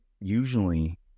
Usually